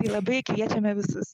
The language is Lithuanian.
labai kviečiame visus